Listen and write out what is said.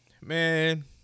man